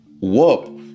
whoop